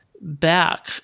back